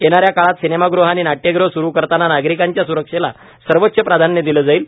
येणाऱ्या काळात सिनेमाग़हे आणि नाट्यग़हे स्रु करताना नागरिकांच्या स्रक्षेला सर्वोच्च प्राधान्य दिले जाईल